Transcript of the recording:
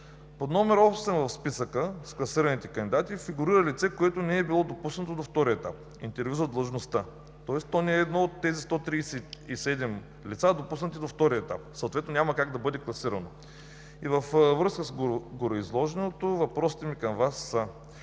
Под № 8 в списъка с класираните кандидати фигурира лице, което не е било допуснато до втория етап – интервю за длъжността. Тоест то не е едно от тези 137 лица, допуснати до втория етап, съответно няма как да бъде класирано. Във връзка с гореизложеното въпросите ми към Вас са: